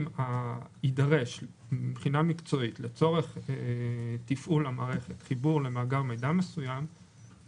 אם יידרש מבחינה מקצועית לצורך תפעול המערכת חיבור למאגר מידע מסוים,